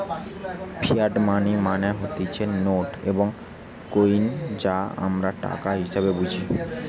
fiat money মানে হতিছে note এবং কইন যা আমরা টাকা হিসেবে বুঝি